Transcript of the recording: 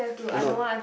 and not